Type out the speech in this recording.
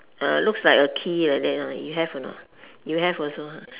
uh looks like a key like that ah you have or not you have also !huh!